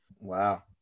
Wow